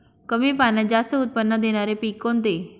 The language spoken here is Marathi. कमी पाण्यात जास्त उत्त्पन्न देणारे पीक कोणते?